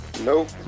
Nope